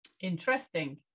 Interesting